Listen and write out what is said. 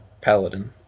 Paladin